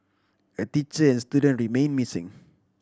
a teacher and student remain missing